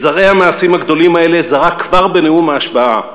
את זרעי המעשים הגדולים האלה זרע כבר בנאום ההשבעה,